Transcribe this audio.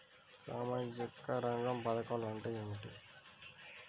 సామాజిక రంగ పధకాలు అంటే ఏమిటీ?